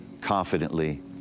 confidently